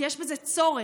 כי יש בזה צורך,